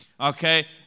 okay